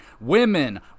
women